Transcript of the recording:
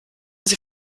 sie